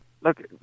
Look